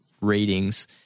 ratings